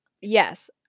Yes